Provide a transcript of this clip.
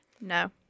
No